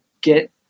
get